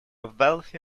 wealthy